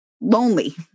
lonely